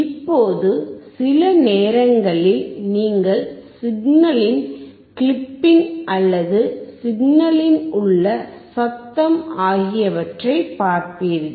இப்போது சில நேரங்களில் நீங்கள் சிக்னலின் கிளிப்பிங் அல்லது சிக்னலில் உள்ள சத்தம் ஆகியவற்றைப் பார்ப்பீர்கள்